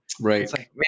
Right